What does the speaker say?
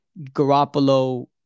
Garoppolo